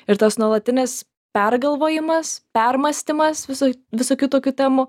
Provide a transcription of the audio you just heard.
ir tas nuolatinis pergalvojimas permąstymas viso visokių tokių temų